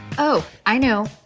oh, i know!